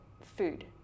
food